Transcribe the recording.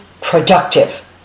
productive